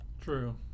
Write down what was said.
True